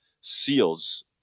seals